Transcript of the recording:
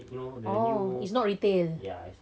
oh it's not retail